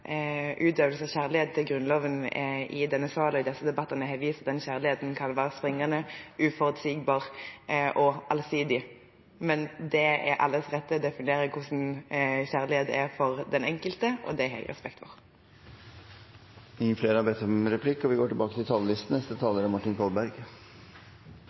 utøvelse av kjærlighet til Grunnloven i denne sal og i disse debattene har vist at den kjærligheten kan være springende, uforutsigbar og allsidig. Men det er alles rett å definere hvordan kjærlighet er for den enkelte, og det har jeg respekt for. Flere har ikke bedt om ordet til replikk.